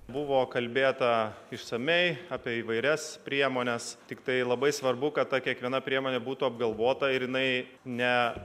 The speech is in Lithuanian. buvo kalbėta išsamiai apie įvairias priemones tiktai labai svarbu kad ta kiekviena priemonė būtų apgalvota ir jinai ne